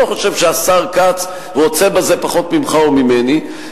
אני לא חושב שהשר כץ רוצה בזה פחות ממך או ממני,